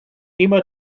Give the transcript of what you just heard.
immer